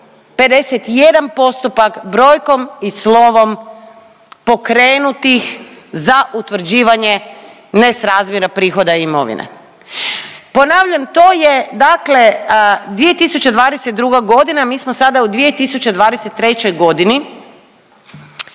51 postupak brojkom i slovom pokrenutih za utvrđivanje nesrazmjera prihoda i imovine. Ponavljam to je dakle 2022. godina, mi smo sada u 2023. godini